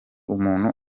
umuntu